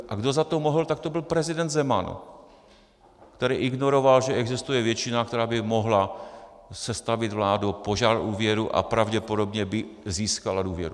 A kdo za to mohl, tak to byl prezident Zeman, který ignoroval, že existuje většina, která by mohla sestavit vládu, požádat o důvěru a pravděpodobně by získala důvěru.